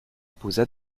posa